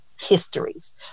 histories